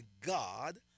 God